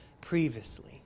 previously